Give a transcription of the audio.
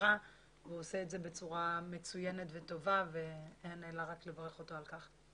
בחברה והוא עושה את זה בצורה מצוינת וטובה ואין אלא רק לברך אותו על כך.